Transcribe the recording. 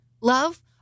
love